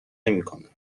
نمیکنند